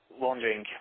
wondering